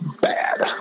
bad